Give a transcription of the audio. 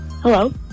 Hello